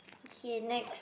okay next